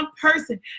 person